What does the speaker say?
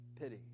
pity